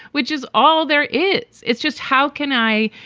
which is all there is. it's just how can i,